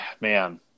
man